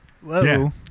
Whoa